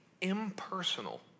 impersonal